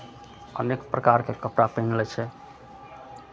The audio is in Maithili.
अनेक प्रकारके कपड़ा पेन्ह लै छै